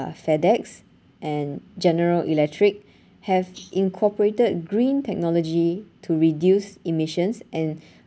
fedex and general electric have incorporated green technology to reduce emissions and